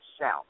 south